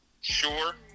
sure